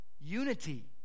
Unity